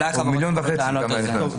או במיליון וחצי כמה היה נכנס?